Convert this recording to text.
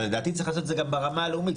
אבל לדעתי צריך לעשות את זה גם ברמה הלאומית.